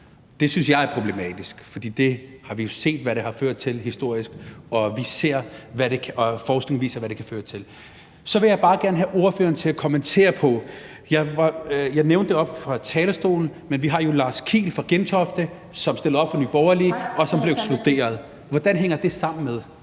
Det synes jeg er problematisk, for det har vi jo set hvad har ført til historisk, ligesom forskning viser, hvad det kan føre til. Så vil jeg bare gerne have ordføreren til at kommentere noget andet, jeg nævnte oppe fra talerstolen, nemlig at vi jo har Lars Kiil fra Gentofte, som stiller op for Nye Borgerlige, og som blev ekskluderet. Hvordan hænger det sammen med